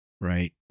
right